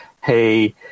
Hey